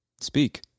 Speak